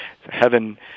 Heaven